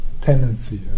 tendency